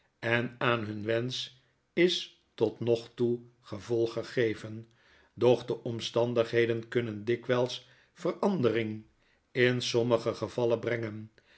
en aan hun wensch is tot nog toe gevolg gegeven doch de omstandigheden kunnen dikwijls verandering in sommige gevallen brengen